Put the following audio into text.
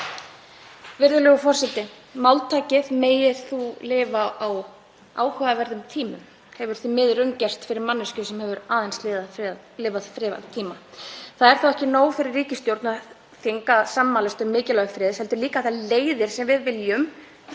Virðulegur forseti. Máltækið „megir þú lifa á áhugaverðum tímum“ hefur því miður raungerst fyrir manneskju sem hefur aðeins lifað friðartíma. Það er þó ekki nóg fyrir ríkisstjórn og þing að sammælast um mikilvægi friðar heldur líka þær leiðir sem við viljum